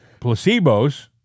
placebos